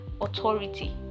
authority